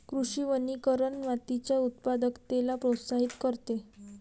कृषी वनीकरण मातीच्या उत्पादकतेला प्रोत्साहित करते